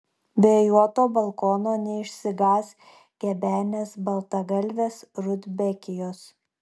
vėjuoto balkono neišsigąs gebenės baltagalvės rudbekijos